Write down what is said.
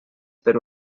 per